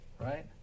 right